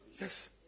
Yes